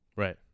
right